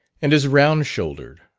and is round shouldered,